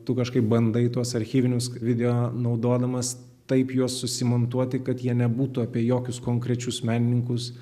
tu kažkaip bandai tuos archyvinius video naudodamas taip juos susimontuoti kad jie nebūtų apie jokius konkrečius menininkus